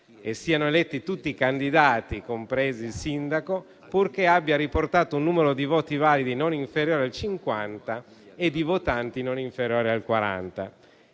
che siano eletti tutti i candidati, compreso il sindaco, purché abbia riportato un numero di voti validi non inferiore a 50 e di votanti non inferiore a 40.